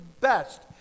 best